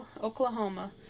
Oklahoma